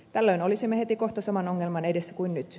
tällöin olisimme heti kohta saman ongelman edessä kuin nyt